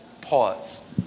Pause